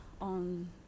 on